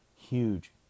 huge